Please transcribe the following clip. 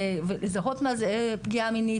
לזהות מה זה פגיעה מינית,